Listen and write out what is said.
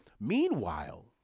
Meanwhile